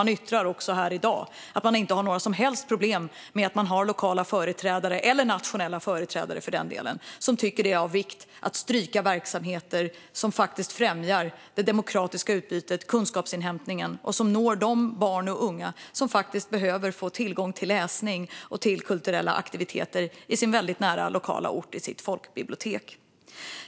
De yttrar där och även här i dag att de inte har några som helst problem med att de har lokala företrädare, eller nationella företrädare för den delen, som tycker att det är av vikt att stryka verksamheter som faktiskt främjar det demokratiska utbytet och kunskapsinhämtningen och som når de barn och unga som behöver få tillgång till läsning och till kulturella aktiviteter väldigt nära sig, på sin ort och på sitt lokala folkbibliotek.